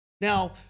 Now